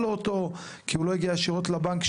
לו אותו כי הוא לא הגיע ישירות לבנק,